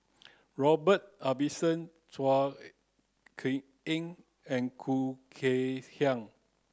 Robert Ibbetson Chua Kay and Khoo Kay Hian